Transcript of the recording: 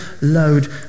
load